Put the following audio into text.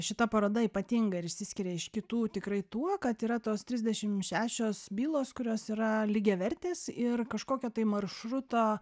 šita paroda ypatinga ir išsiskiria iš kitų tikrai tuo kad yra tos trisdešim šešios bylos kurios yra lygiavertės ir kažkokio tai maršruto